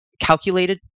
calculated